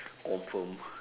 confirm